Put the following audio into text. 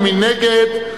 מי נגד?